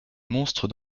monstres